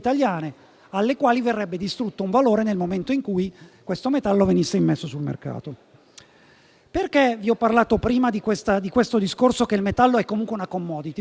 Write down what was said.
e ne verrebbe distrutto il valore nel momento in cui questo metallo venisse messo sul mercato. Perché vi ho parlato prima del discorso che il metallo è comunque una *commodity*? Perché,